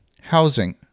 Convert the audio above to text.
housing